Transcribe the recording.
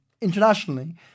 internationally